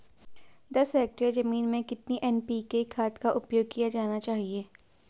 दस हेक्टेयर जमीन में कितनी एन.पी.के खाद का उपयोग किया जाना चाहिए?